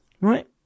right